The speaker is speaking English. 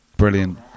brilliant